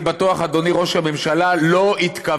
אני בטוח, אדוני ראש הממשלה, לא התכוונת,